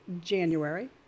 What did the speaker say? January